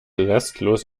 restlos